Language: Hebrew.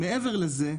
מעבר לזה,